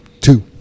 two